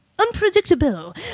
unpredictable